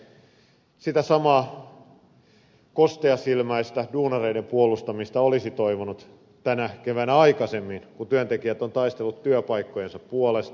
sitä samaa kosteasilmäistä duunareiden puolustamista olisi toivonut tänä keväänä aikaisemmin kun työntekijät ovat taistelleet työpaikkojensa puolesta